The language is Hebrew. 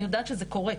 אני יודעת שזה קורה.